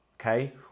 okay